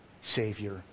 Savior